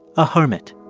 a hermit.